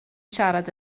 siarad